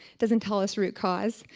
doesn't tell us root cause.